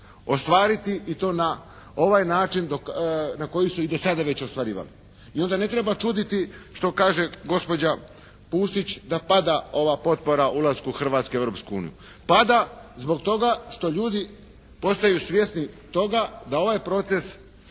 ostvariti i to na ovaj način na koji su i do sada već ostvarivali. I onda ne treba čuditi što kaže gospođa Pusić da pada ova potpora ulasku Hrvatske u Europsku uniju. Pada zbog toga što ljudi postaju svjesni toga da ovaj proces